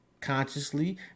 consciously